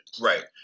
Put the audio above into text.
Right